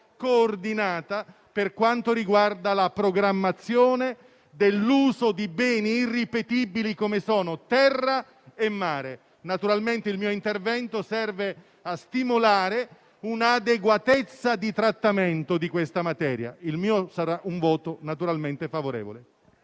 coordinata per quanto riguarda la programmazione dell'uso di beni irripetibili come sono terra e mare. Il mio intervento serve a stimolare un'adeguatezza di trattamento di questa materia. Il mio sarà naturalmente un voto favorevole.